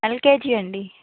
LKG అండి